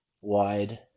wide